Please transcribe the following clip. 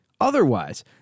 otherwise